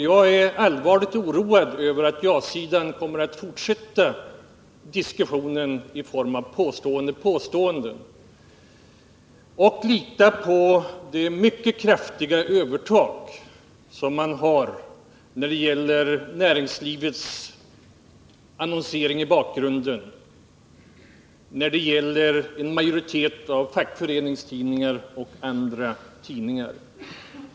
Jag är allvarligt oroad över att ja-sidan kommer att fortsätta diskussionen i Nr 64 form av påståenden och lita på det mycket kraftiga övertag som man har med - Onsdagen den näringslivets annonsering i bakgrunden och med en majoritet av fackföre 16 januari 1980 ningstidningar och andra tidningar.